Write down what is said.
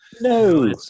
No